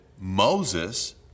Moses